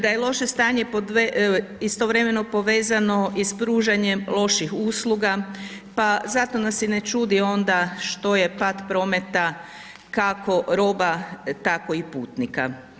Da je loše stanje po dve istovremeno povezano i s pružanjem loših usluga, pa zato nas i ne čudi onda što je pad prometa, kako roba, tako i putnika.